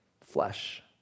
flesh